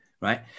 Right